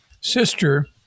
sister